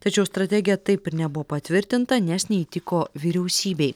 tačiau strategija taip ir nebuvo patvirtinta nes neįtiko vyriausybei